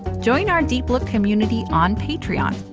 join our deep look community on patreon.